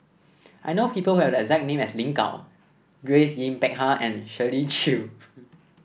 I know people who have the exact name as Lin Gao Grace Yin Peck Ha and Shirley Chew